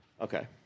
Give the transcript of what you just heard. Okay